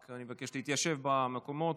אני רק מבקש להתיישב במקומות.